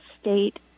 state